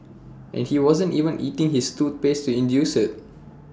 and he wasn't even eating his toothpaste to induce IT